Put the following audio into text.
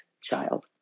Child